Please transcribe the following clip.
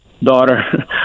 daughter